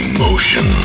Emotion